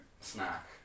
snack